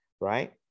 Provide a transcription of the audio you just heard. right